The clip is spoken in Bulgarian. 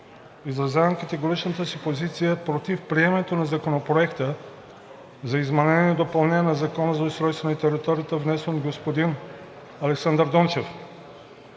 изразявам категоричната си позиция против приемането на Законопроекта за изменение и допълнение на Закона за устройство на територията, внесен от господин Александър Дунчев.